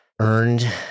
earned